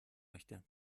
möchte